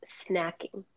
snacking